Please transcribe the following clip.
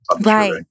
Right